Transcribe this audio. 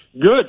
Good